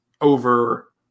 over